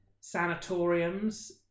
sanatoriums